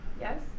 Yes